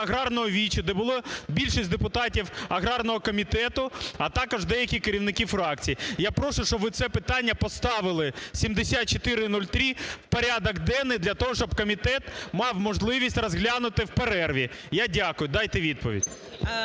аграрного віче, де було більшість депутатів аграрного комітету, а також деякі керівники фракцій. Я прошу, щоб ви це питання поставили 7403 в порядок денний для того, щоб комітет мав можливість розглянути в перерві. Я дякую. Дайте відповідь.